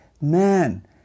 man